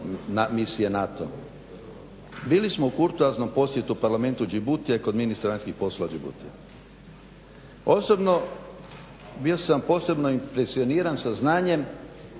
misije NATO. Bili smo i u kurtoaznom posjetu Parlamentu Djiboutija kod ministra vanjskih poslova Djiboutija. Osobno bio sam posebno impresioniran sa znanjem